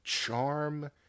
charm